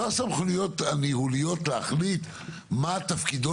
לא הסמכויות הניהוליות להחליט מה תפקידו